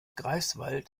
greifswald